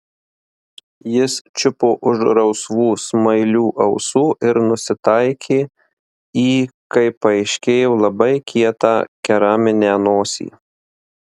jis čiupo už rausvų smailių ausų ir nusitaikė į kaip paaiškėjo labai kietą keraminę nosį